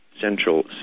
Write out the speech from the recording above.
central